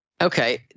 Okay